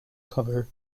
cover